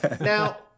Now